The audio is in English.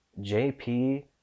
jp